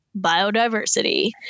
biodiversity